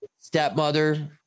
stepmother